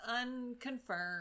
unconfirmed